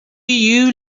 you